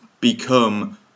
become